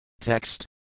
Text